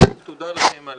ושוב תודה לכם על